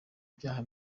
ivyaha